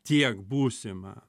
tiek būsimą